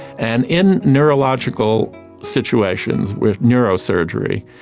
and in neurological situations with neurosurgery,